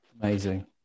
amazing